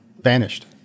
vanished